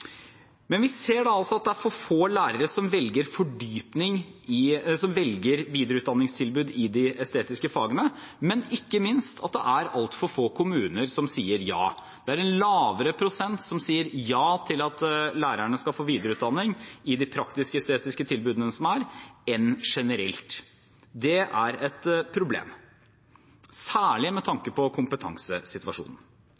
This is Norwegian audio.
Men vi ser altså at det er for få lærere som velger videreutdanningstilbud i de estetiske fagene, og ikke minst at det er altfor få kommuner som sier ja. Det er en lavere prosent som sier ja til at lærerne skal få videreutdanning i de praktisk-estetiske tilbudene som er, enn generelt. Det er et problem, særlig med tanke på kompetansesituasjonen.